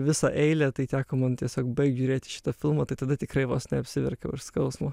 visą eilę tai teko man tiesiog baigt žiūrėti šitą filmą tai tada tikrai vos neapsiverkiau iš skausmo